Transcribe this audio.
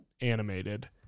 animated